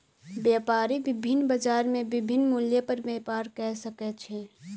व्यापारी विभिन्न बजार में विभिन्न मूल्य पर व्यापार कय सकै छै